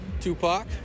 Tupac